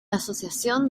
asociación